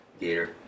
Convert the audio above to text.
gator